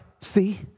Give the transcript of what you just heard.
see